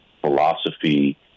philosophy